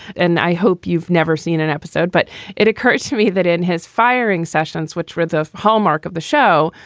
and i hope you've never seen an episode, but it occurred to me that in his firing sessions, which were the hallmark of the show,